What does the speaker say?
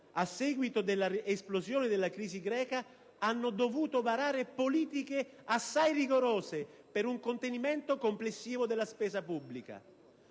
a seguito dell'esplosione della crisi greca, hanno dovuto varare politiche assai rigorose per un contenimento complessivo della spesa pubblica.